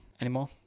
anymore